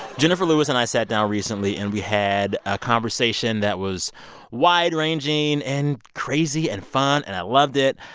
jenifer lewis and i sat down recently and we had a conversation that was wide-ranging and crazy and fun. and i loved it.